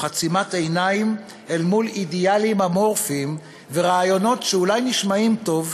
עצימת עיניים אל מול אידיאלים אמורפיים ורעיונות שאולי נשמעים טוב,